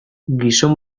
gizon